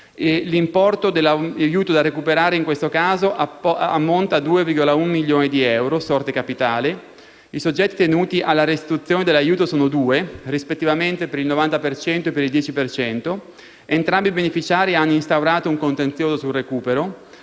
l'importo dell'aiuto da recuperare in questo caso ammonta a 2,1 milioni di euro (sorte capitale). I soggetti tenuti alla restituzione dell'aiuto sono due, rispettivamente per il 90 e per il 10 per cento. Entrambi i beneficiari hanno instaurato un contenzioso sul recupero.